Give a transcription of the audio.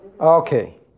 Okay